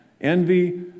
envy